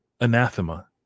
anathema